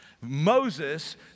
Moses